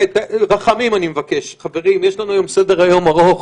רחמים אני מבקש, חברים, יש לנו היום סדר-יום ארוך.